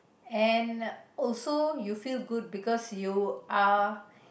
and also you feel good because you are